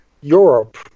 Europe